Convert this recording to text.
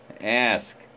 Ask